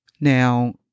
Now